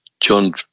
John